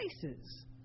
places